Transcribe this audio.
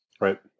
Right